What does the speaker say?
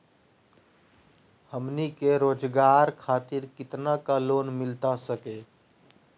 हमनी के रोगजागर खातिर कितना का लोन मिलता सके?